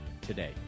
today